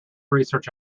research